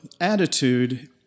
attitude